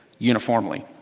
uniformly.